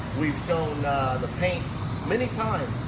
we've shown the paint many times,